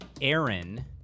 Aaron